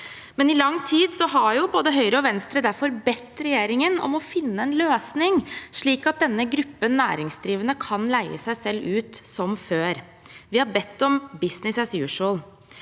men i lang tid har både Høyre og Venstre bedt regjeringen om å finne en løsning, slik at denne gruppen næringsdrivende kan leie seg selv ut som før. Vi har bedt om «business as usual».